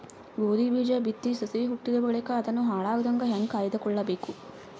ಗೋಧಿ ಬೀಜ ಬಿತ್ತಿ ಸಸಿ ಹುಟ್ಟಿದ ಬಳಿಕ ಅದನ್ನು ಹಾಳಾಗದಂಗ ಹೇಂಗ ಕಾಯ್ದುಕೊಳಬೇಕು?